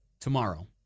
tomorrow